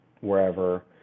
wherever